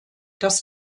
das